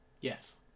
yes